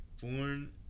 Born